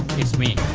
it's me,